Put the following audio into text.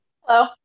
Hello